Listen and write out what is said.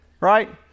right